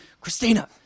Christina